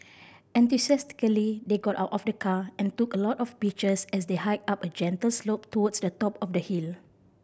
enthusiastically they got out of the car and took a lot of pictures as they hike up a gentle slope towards the top of the hill